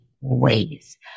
ways